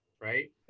right